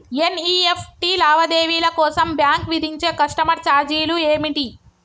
NEFT లావాదేవీల కోసం bank విధించే కస్టమర్ ఛార్జీలు ఏమిటి?